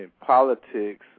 politics